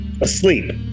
asleep